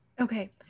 okay